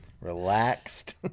Relaxed